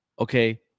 Okay